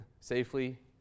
safely